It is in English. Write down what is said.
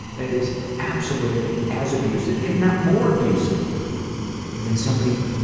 that is absolutely as abusive, if not more abusive than somebody,